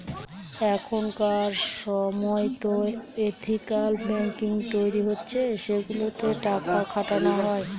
এখনকার সময়তো ethical banking তৈরী হচ্ছে সেগুলোতে টাকা খাটানো হয়